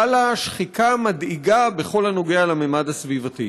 חלה שחיקה מדאיגה בכל הקשור לממד הסביבתי.